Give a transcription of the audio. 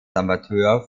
amateur